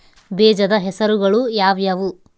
ಬೇಜದ ಹೆಸರುಗಳು ಯಾವ್ಯಾವು?